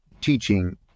teaching